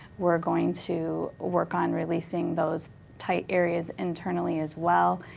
we're going to work on releasing those tight areas internally as well.